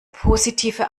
positive